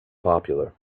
popular